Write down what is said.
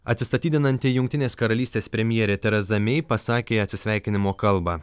atsistatydinanti jungtinės karalystės premjerė teraza mei pasakė atsisveikinimo kalbą